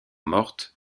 morte